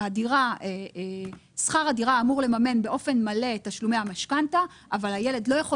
שכר הדירה אמור לממן את תשלומי המשכנתא אבל הילד לא יכול